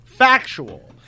Factual